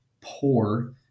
poor